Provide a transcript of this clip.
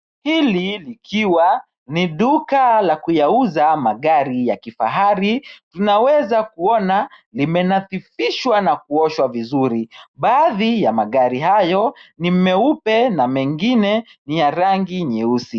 Hili likiwa ni duka la kuyauza magari ya kifahari, tunaweza kuona limenathifishwa na kuoshwa vizuri, baadhi ya magari hayo nimeupe na mengine ni ya rangi nyeusi.